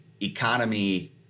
economy